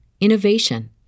innovation